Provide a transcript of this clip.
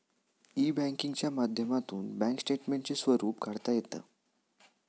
E बँकिंगच्या माध्यमातून bank स्टेटमेंटचे स्वरूप काढता येतं